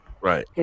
Right